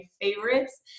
favorites